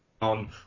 on